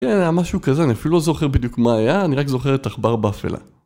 כן, היה משהו כזה, אני אפילו לא זוכר בדיוק מה היה, אני רק זוכר את עכבר באפילה.